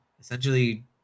essentially